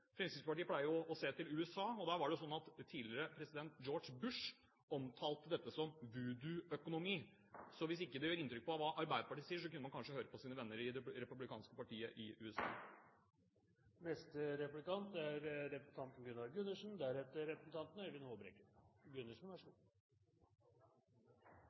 Fremskrittspartiet pleier jo å se til USA, og der har tidligere president George Bush omtalt dette som «voodoo-økonomi». Så hvis ikke det som Arbeiderpartiet sier, gjør inntrykk, kunne man kanskje høre på sine venner i det republikanske partiet i USA. Presidenten gjør da oppmerksom på at det er